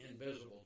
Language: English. invisible